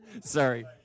Sorry